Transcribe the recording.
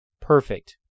perfect